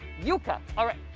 yuca, all right,